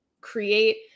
create –